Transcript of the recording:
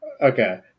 Okay